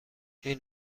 این